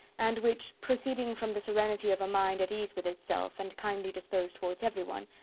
and which, proceeding from the serenity of a mind at ease with itself and kindly disposed towards everyone,